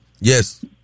Yes